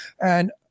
And-